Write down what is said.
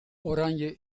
oranje